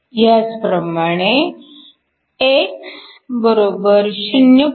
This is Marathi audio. ह्याचप्रमाणे x 0